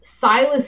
silas